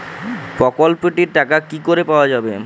প্রকল্পটি র টাকা কি করে পাওয়া যাবে?